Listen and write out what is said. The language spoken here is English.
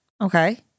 Okay